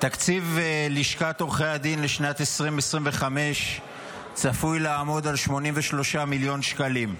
תקציב לשכת עורכי הדין לשנת 2025 צפוי לעמוד על 83 מיליון שקלים.